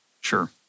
Sure